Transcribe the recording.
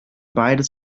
beides